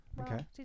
Okay